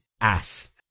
ass